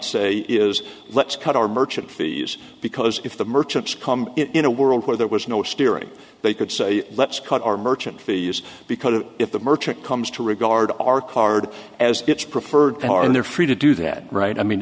say is let's cut our merchant fees because if the merchants come in a world where there was no steering they could say let's cut our merchant fees because if the merchant comes to regard our card as its preferred power and they're free to do that right i mean